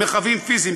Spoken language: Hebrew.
מרחבים פיזיים,